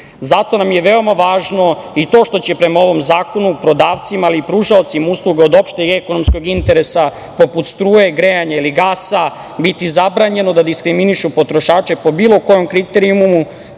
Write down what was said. nam je veoma važno i to što će prema ovom zakonu prodavcima, ali i pružaocima usluga od opšteg ekonomskog interesa, poput struje, grejanja ili gasa, biti zabranjeno da diskriminišu potrošače po bilo kojem kriterijumu,